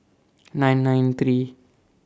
nine nine three